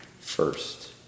first